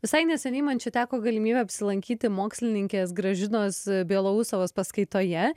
visai neseniai man čia teko galimybė apsilankyti mokslininkės gražinos belousovos paskaitoje